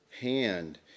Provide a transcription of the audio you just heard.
hand